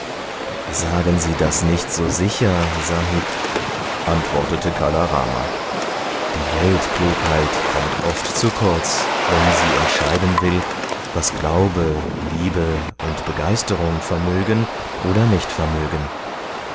sagen sie das nicht so sicher sahib antwortete kala rama die weltklugheit kommt oft zu kurz wenn sie entscheiden will was glaube liebe und begeisterung vermögen oder nicht vermögen